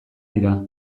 dira